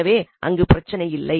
எனவே அங்கு பிரச்சனை இல்லை